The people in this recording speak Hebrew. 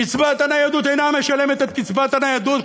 קצבת הניידות אינה משלמת את קצבת הניידות.